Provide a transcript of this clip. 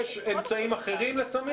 יש אמצעי אחרים לצמיד?